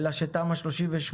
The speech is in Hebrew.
אלא שתמ"א 38,